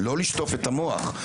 לא לשטוף את המוח,